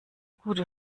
gute